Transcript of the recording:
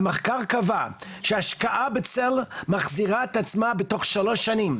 המחקר קבע שהשקעה בצל מחזירה את עצמה בתוך שלוש שנים,